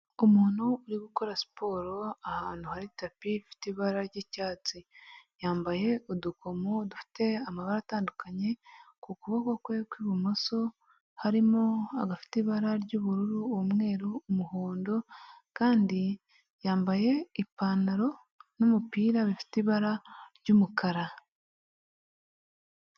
Umuntu uri gukora siporo ahantu hari tapi ifite ibara ry'icyatsi yambaye udukomo dufite amabara atandukanye ku kuboko kwe kw'ibumoso harimo agafite ibara ry'ubururu, umweru, umuhondo kandi yambaye ipantaro n'umupira bifite ibara ry'umukara.